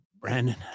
Brandon